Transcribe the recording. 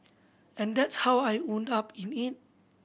and that's how I wound up in it